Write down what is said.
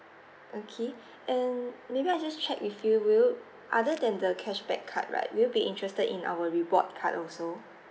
okay and maybe I just check with you will you other than the cashback card right will you be interested in our reward card also